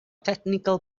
technical